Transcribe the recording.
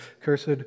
cursed